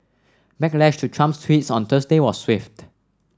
backlash to Trump's tweets on Thursday was swift